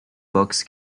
books